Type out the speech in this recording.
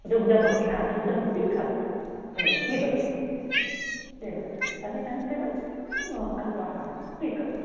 दुग्दमपि दुग्दमपि खादतु पिबतु पिबतु तदनन्तरम् अल्पाहारं स्वीकरोतु